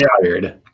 tired